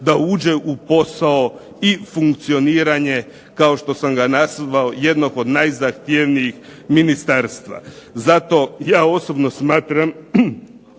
da uđe u posao i funkcioniranje, kao što sam ga nazvao, jednog od najzahtjevnijih ministarstava. Zato ja osobno smatram